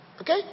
Okay